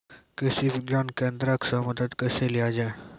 कृषि विज्ञान केन्द्रऽक से मदद कैसे लिया जाय?